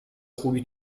خوبی